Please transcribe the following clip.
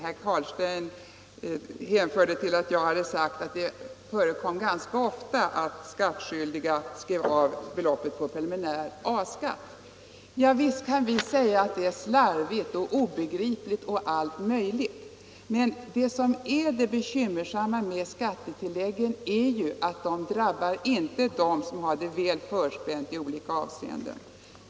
Herr Carlstein hänvisade till att jag hade sagt att det ganska ofta förekom att skattskyldiga skrev av beloppet på preliminär A-skatt. Visst kan vi säga att det är slarvigt och obegripligt och allt möjligt, men det bekymmersamma med skattetilläggen är ju att de drabbar inte dem som har det väl förspänt i olika avseenden.